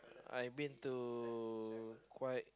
I been to quite